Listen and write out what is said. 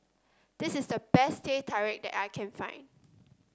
this is the best Teh Tarik that I can find